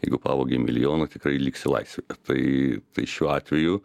jeigu pavogei milijoną tikrai liksi laisvėje tai tai šiuo atveju